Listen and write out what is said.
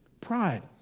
Pride